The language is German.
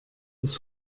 das